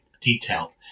detailed